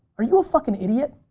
are you a fucking idiot?